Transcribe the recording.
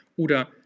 Oder